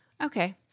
Okay